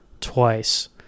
twice